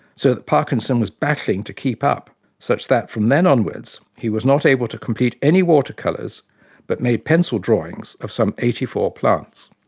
so that parkinson was battling to keep up such that, from then onwards, he was not able to complete any watercolours but made pencil drawings of some eighty four plants.